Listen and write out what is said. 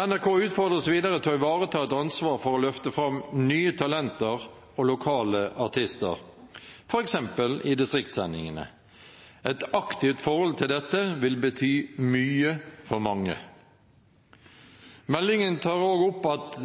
NRK utfordres videre til å ivareta et ansvar for å løfte fram nye talenter og lokale artister, f.eks. i distriktssendingene. Et aktivt forhold til dette vil bety mye for mange. Meldingen tar også opp at